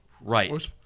Right